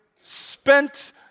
spent